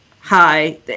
hi